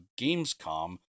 Gamescom